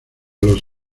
los